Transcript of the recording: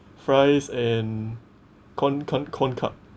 fries and corn corn corn cup